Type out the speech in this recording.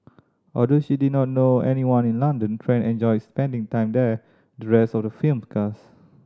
although she did not know anyone in London Tran enjoyed spending time there with the rest of the film's cast